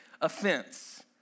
offense